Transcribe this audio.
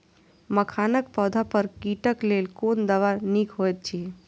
मखानक पौधा पर कीटक लेल कोन दवा निक होयत अछि?